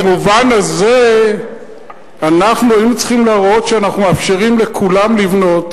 במובן הזה אנחנו היינו צריכים להראות שאנחנו מאפשרים לכולם לבנות.